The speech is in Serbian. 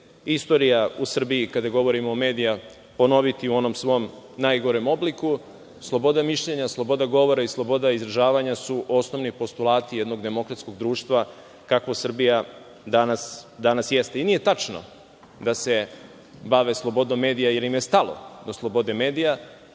istorija u Srbiji kada govorimo o medijima ponoviti u onom svom najgorem obliku. Sloboda mišljenja, sloboda govora i sloboda izražavanja su osnovni postulati jednog demokratskog društva kakvo Srbija danas jeste. Nije tačno da se bave slobodom medija jer im je stalo do slobode medija,